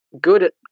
good